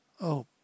Oh